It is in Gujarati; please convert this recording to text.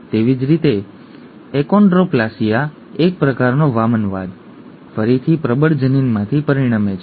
તેવી જ રીતે એકોન્ડ્રોપ્લાસિયા એક પ્રકારનો વામનવાદ ફરીથી પ્રબળ જનીનમાંથી પરિણમે છે